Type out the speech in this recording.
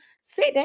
Sit